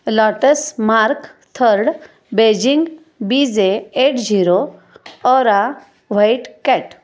lotus mark third Beijing B J eight zero aura white cat